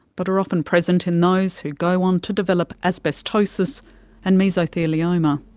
but are often present in those who go on to develop asbestosis and mesothelioma.